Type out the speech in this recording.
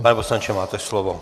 Pane poslanče, máte slovo.